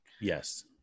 Yes